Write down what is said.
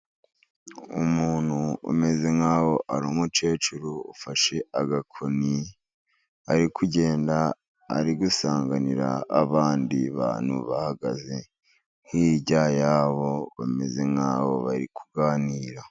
Umuntu umeze nkaho ari umukecuru ufashe agakoni, ari kugenda ari gusanganira abandi bantu, bahagaze hirya yabo bameze nk'aho bari kuganira.